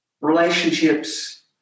relationships